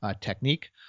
technique